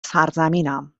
سرزمینم